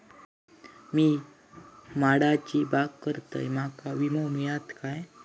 मी माडाची बाग करतंय माका विमो मिळात काय?